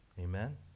Amen